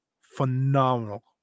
phenomenal